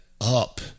up